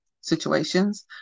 situations